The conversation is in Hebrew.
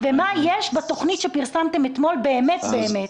ומה יש בתוכנית שפרסמתם אתמול באמת באמת?